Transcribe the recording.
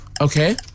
Okay